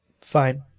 fine